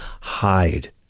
hide